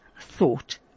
thought